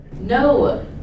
No